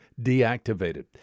deactivated